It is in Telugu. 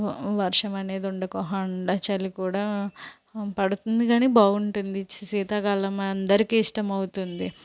వర్షమనేది ఉండకుండా హా చలి కూడా పడుతుంది కానీ బాగుంటుంది చి శీతాకాలం అందరికీ ఇష్టమౌతుంది